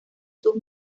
sus